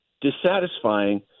dissatisfying